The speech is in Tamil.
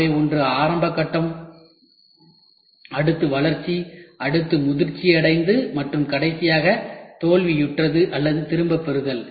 எனவே ஒன்று ஆரம்ப கட்டம் அடுத்தது வளர்ச்சி அடுத்தது முதிர்ச்சியடைந்தது மற்றும் கடைசியாக தோல்வியுற்றது அல்லது திரும்ப பெறுதல்